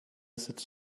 sitzt